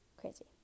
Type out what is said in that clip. Crazy